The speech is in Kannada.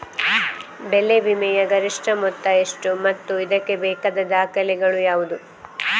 ಬೆಳೆ ವಿಮೆಯ ಗರಿಷ್ಠ ಮೊತ್ತ ಎಷ್ಟು ಮತ್ತು ಇದಕ್ಕೆ ಬೇಕಾದ ದಾಖಲೆಗಳು ಯಾವುವು?